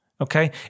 okay